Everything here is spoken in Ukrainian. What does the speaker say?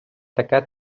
таке